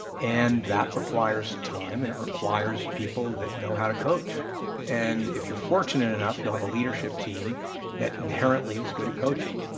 and that requires time and it requires people that know how to coach and if you're fortunate enough, you'll have a leadership team that inherently is good at coaching.